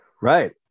Right